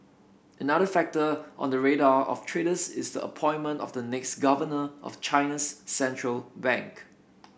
another factor on the radar of traders is the appointment of the next governor of China's central bank